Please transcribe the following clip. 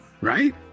right